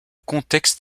contexte